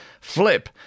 Flip